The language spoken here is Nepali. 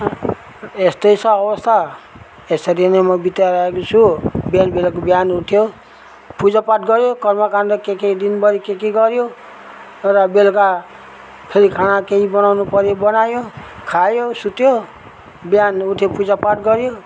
यस्तै छ अवस्था यसरी नै म बिताइरहेको छु बिहान बेलुका बिहान उठ्यो पूजापाठ गऱ्यो कर्मकाण्ड के के दिनभरि के के गऱ्यो र बेलका फेरि खाना केही बनाउनुपऱ्यो बनायो खायो सुत्यो बिहान उठ्यो पूजापाठ गऱ्यो